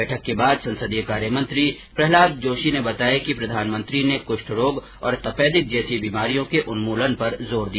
बैठक के बाद संसदीय कार्यमंत्री प्रहलाद जोशी ने बताया कि प्रधानमंत्री ने कुष्ठ रोग और तपेदिक जैसी बीमारियों के उन्मूलन पर जोर दिया